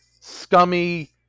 scummy